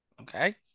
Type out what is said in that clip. Okay